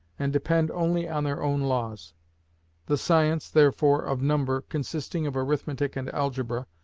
and depend only on their own laws the science, therefore, of number, consisting of arithmetic and algebra,